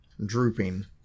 Drooping